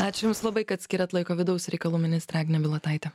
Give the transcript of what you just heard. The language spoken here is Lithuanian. ačiū jums labai kad skiriat laiko vidaus reikalų ministrė agnė bilotaitė